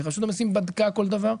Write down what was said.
ורשות המיסים בדקה כל דבר.